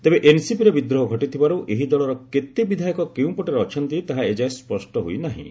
ତେବେ ଏନ୍ସିପିରେ ବିଦ୍ରୋହ ଘଟିଥିବାରୁ ଏହି ଦଳର କେତେ ବିଧାୟକ କେଉଁପଟରେ ଅଛନ୍ତି ତାହା ଏଯାଏଁ ସ୍ୱଷ୍ଟ ହୋଇନାହିଁ